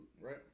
right